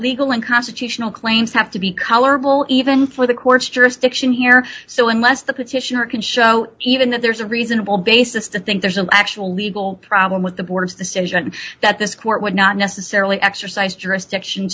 legal and constitutional claims have to be colorable even for the court's jurisdiction here so unless the petitioner can show even that there's a reasonable basis to think there's an actual legal problem with the board's decision that this court would not necessarily exercise jurisdiction